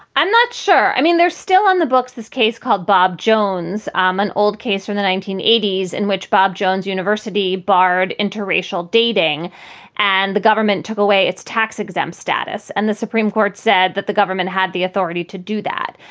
i'm not sure. i mean, they're still on the books. this case called bob jones um an old case from the nineteen eighty s in which bob jones university barred interracial dating and the government took away its tax exempt status. and the supreme court said that the government had the authority to do that.